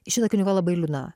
šita knyga labai liūdna